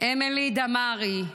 אמילי דמארי,